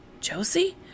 Josie